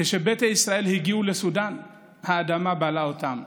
כשביתא ישראל הגיעו לסודאן, האדמה בלעה אותם.